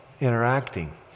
interacting